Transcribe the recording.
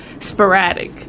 sporadic